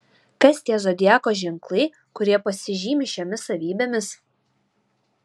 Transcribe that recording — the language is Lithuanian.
kas tie zodiako ženklai kurie pasižymi šiomis savybėmis